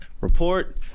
report